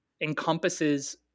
encompasses